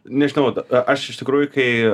nežinau aš iš tikrųjų kai